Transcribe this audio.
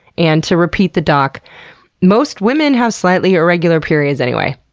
and to repeat the doc most women have slightly irregular periods anyway,